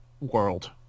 World